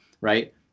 right